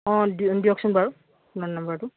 অঁ দি দিয়কচোন বাৰু আপোনাৰ নাম্বাৰটো